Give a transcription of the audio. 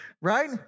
right